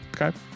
Okay